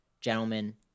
Gentlemen